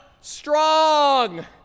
Strong